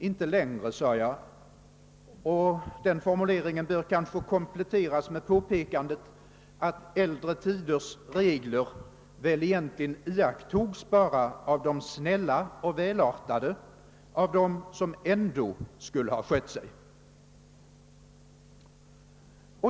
Inte längre sade jag och bör kanske komplettera den formuleringen med påpekandet att äldre tiders regler väl egentligen bara iakttogs av de snälla och välartade, av dem som ändå skulle ha skött sig.